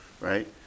right